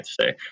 say